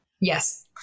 Yes